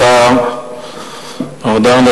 השר ארדן,